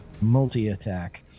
multi-attack